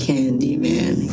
Candyman